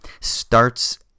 starts